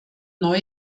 neu